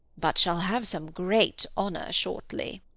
but shall have some great honour shortly.